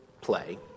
play